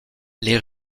les